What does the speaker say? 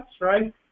right